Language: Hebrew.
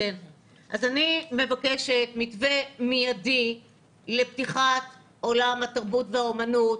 אז אני מבקשת מתווה מיידי לפתיחת עולם התרבות והאמנות,